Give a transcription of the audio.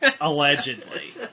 Allegedly